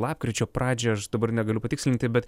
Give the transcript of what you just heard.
lapkričio pradžioj aš dabar negaliu patikslinti bet